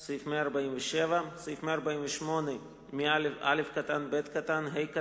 147, 148(א) (ב), (ה),